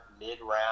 mid-round